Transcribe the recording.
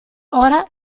ora